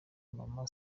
mama